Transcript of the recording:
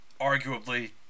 arguably